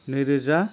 नैरोजा